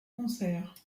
concerts